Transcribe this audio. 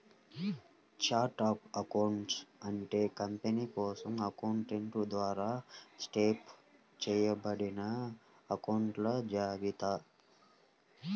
chart of accounts అంటే company కోసం accountant ద్వారా సెటప్ చేయబడిన అకొంట్ల జాబితా